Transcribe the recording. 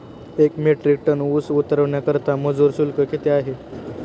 एक metric ton ऊस उतरवण्याकरता मजूर शुल्क किती आहे?